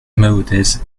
maodez